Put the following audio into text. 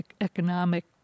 economic